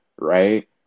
right